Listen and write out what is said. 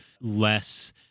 less